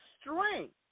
strength